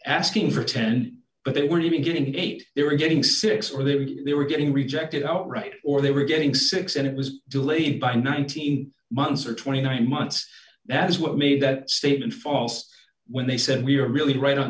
asking for ten but they were beginning to date they were getting six or that they were getting rejected outright or they were getting six and it was delayed by nineteen months or twenty nine months that's what made that statement false when they said we're really right on